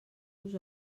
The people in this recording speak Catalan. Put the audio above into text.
los